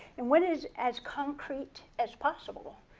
and what is as concrete as possible?